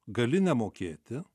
gali nemokėti